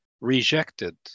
rejected